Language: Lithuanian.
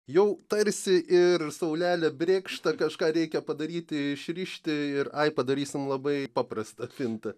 jau tarsi ir saulelė brėkšta kažką reikia padaryti išrišti ir ai padarysim labai paprasta pintą